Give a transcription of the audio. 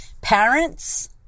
parents